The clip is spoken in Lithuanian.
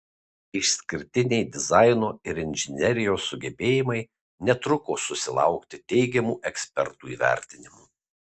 išskirtiniai dizaino ir inžinerijos sugebėjimai netruko susilaukti teigiamų ekspertų įvertinimų